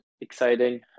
exciting